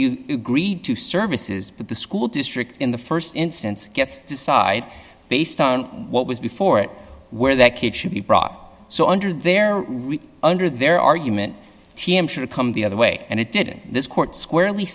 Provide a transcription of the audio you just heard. you agreed to services but the school district in the st instance gets to decide based on what was before it where that kid should be brought so under they're under their argument t m should come the other way and it did in this court squarely